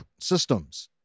systems